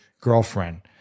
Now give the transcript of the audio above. girlfriend